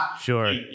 Sure